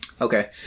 Okay